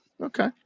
okay